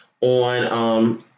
on